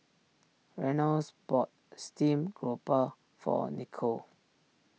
Reynolds bought Steamed Grouper for Nicole